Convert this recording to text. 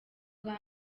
bwa